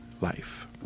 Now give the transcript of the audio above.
life